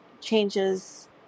changes